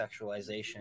sexualization